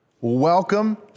welcome